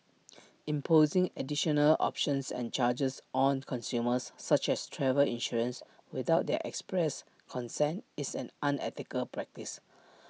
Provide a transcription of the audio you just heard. imposing additional options and charges on consumers such as travel insurance without their express consent is an unethical practice